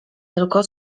tylko